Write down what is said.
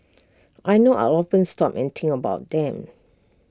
I know I'll often stop and think about them